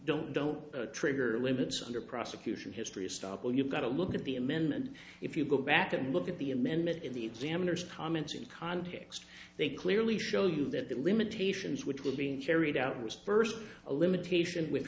don't don't trigger limits under prosecution history of stoppel you've got to look at the amendment if you go back and look at the amendment in the examiners comments in context they clearly show you that the limitations which will be carried out was first a limitation with